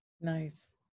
nice